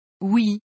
Oui